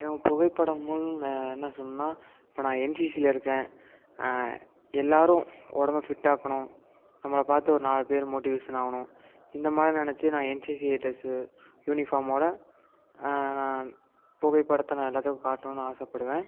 ஏன் புகைப்படமுன் நான் என்ன சொல்லணுன்னா இப்போ நான் என்சிசியில இருக்கேன் எல்லாரும் உடம்ப ஃபிட்டாக்கணும் நம்பளை பார்த்து ஒரு நாலு பேர் மோட்டிவேஷனாக ஆகணும் இந்தமாதிரி நினச்சி நான் என்சிசி ட்ரெஸ்ஸு யூனிஃபார்மோட நான் புகைப்படத்தை நான் எல்லாத்துக்கும் காட்ணுன்னு ஆசைப்படுவேன்